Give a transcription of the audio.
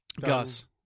Gus